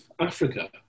Africa